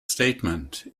statement